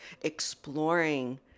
exploring